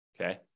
Okay